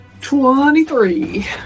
Twenty-three